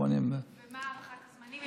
80. ומה הערכת הזמנים,